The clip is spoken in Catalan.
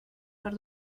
per